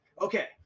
Okay